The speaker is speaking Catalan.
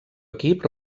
equip